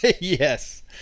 Yes